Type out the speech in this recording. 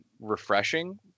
refreshing